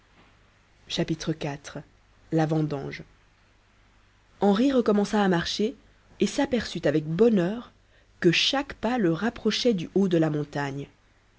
iv la vendange henri recommença à marcher et s'aperçut avec bonheur que chaque pas le rapprochait du haut de la montagne